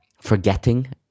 forgetting